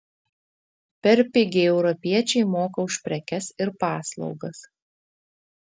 per pigiai europiečiai moka už prekes ir paslaugas